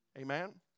Amen